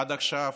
עד עכשיו